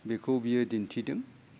बेखौ बियो दिन्थिदों